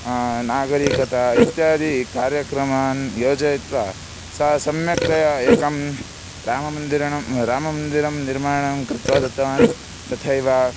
नागरीकता इत्यादिकार्यक्रमान् योजयित्वा सः सम्यक्तया एकं राममन्दिरं राममन्दिरं निर्माणं कृत्वा दत्तवान् तथैव